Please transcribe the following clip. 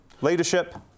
leadership